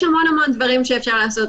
יש המון המון דברים שאפשר לעשות,